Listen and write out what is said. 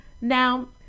Now